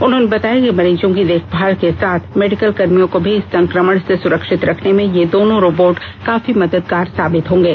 उन्होंने बताया कि मरीजों की देखभाल के साथ मेडिकल कर्मियों को भी संक्रमण से सुरक्षित रखने में ये दोनों रोबोट काफी मददगार साबित होंगे